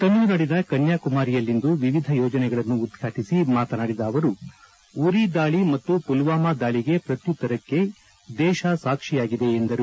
ತಮಿಳುನಾಡಿನ ಕನ್ನಾಕುಮಾರಿಯಲ್ಲಿಂದು ವಿವಿಧ ಯೋಜನೆಗಳನ್ನು ಉದ್ವಾಟಿಸಿ ಮಾತನಾಡಿದ ಅವರು ಉರಿ ದಾಳಿ ಮತ್ತು ಪುಲ್ವಾಮಾ ದಾಳಿಗೆ ಪ್ರತ್ಯುತ್ತರಕ್ಕೆ ದೇತ ಸಾಕ್ಷಿಯಾಗಿದೆ ಎಂದರು